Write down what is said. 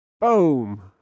Boom